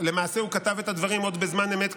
למעשה הוא כתב את הדברים עוד בזמן אמת,